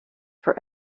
for